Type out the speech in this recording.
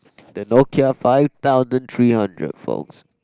the Nokia five thousand three hundred folks